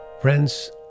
Friends